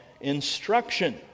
instruction